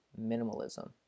minimalism